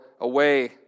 away